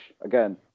again